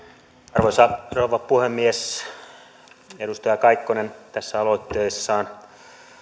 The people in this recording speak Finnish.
arvoisa rouva puhemies edustaja kaikkonen tässä aloitteessaan